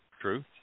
truth